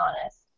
honest